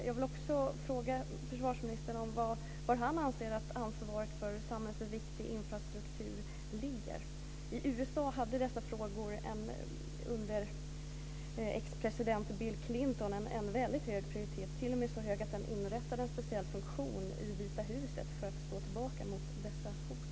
Jag vill också fråga försvarsministern om var han anser att ansvaret för samhällsviktig infrastruktur ligger. I USA hade dessa frågor under ex-president Clinton en väldigt hög prioritet. Den var t.o.m. så hög att det inrättades en speciell funktion i Vita Huset för att slå tillbaka mot dessa hot.